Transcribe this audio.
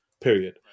period